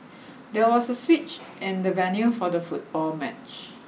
there was a switch in the venue for the football match